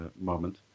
moment